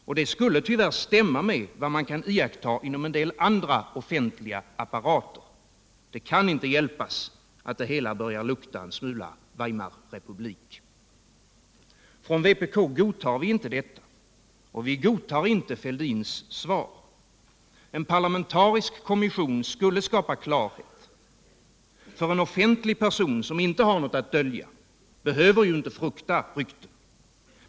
Och det skulle tyvärr stämma med vad man kan iaktta inom en del andra offentliga apparater. Det kan inte hjälpas att det hela börjar lukta en smula Weimarrepublik. Från vpk godtar vi inte detta. Vi godtar inte Thorbjörn Fälldins svar. En parlamentarisk kommission skulle skapa klarhet. En offentlig person, som inte har något att dölja, behöver inte frukta rykten.